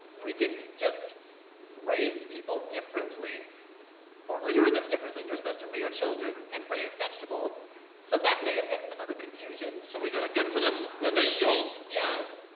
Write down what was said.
we can just raise people differently or rear them differently. you're supposed to rear children and raise vegetables so that may have been some of the confusion. so we got to get to them when theyire young. yeah,